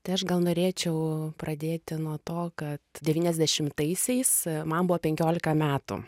tai aš gal norėčiau pradėti nuo to kad devyniasdešimtaisiais man buvo penkiolika metų